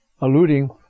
alluding